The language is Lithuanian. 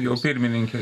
jau pirmininkė